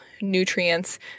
nutrients